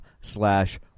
slash